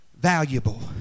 valuable